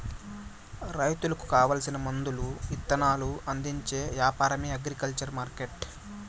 రైతులకు కావాల్సిన మందులు ఇత్తనాలు అందించే యాపారమే అగ్రికల్చర్ మార్కెట్టు